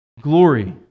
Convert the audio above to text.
Glory